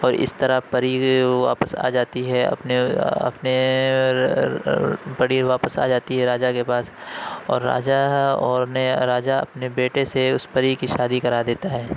اور اِس طرح پری واپس آ جاتی ہے اپنے اپنے پری واپس آ جاتی ہے راجا کے پاس اور راجا اور نے راجا اپنے بیٹے سے اُس پری كی شادی كرا دیتا ہے